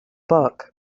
book